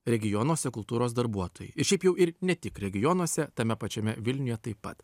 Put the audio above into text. regionuose kultūros darbuotojai ir šiaip jau ir ne tik regionuose tame pačiame vilniuje taip pat